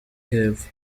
hepfo